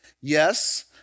Yes